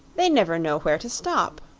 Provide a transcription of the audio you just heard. they never know where to stop.